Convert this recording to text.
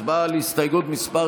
הצבעה על הסתייגות מס'